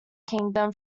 kingdom